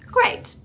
Great